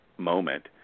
Moment